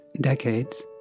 decades